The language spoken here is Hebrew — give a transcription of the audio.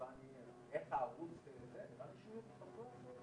איך תהיה הבדיקה שצריכים להביא.